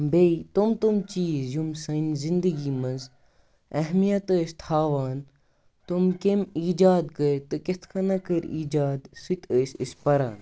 بیٚیہِ تِم تِم چیٖز یِم سانہِ زنٛدگی منٛز اہمیت ٲسۍ تھاوان تِم کٔمۍ ایجاد کٔرۍ تہٕ کِتھٕ کٔنۍ کٔرۍ ایجاد سُہ تہِ ٲسۍ أسۍ پَران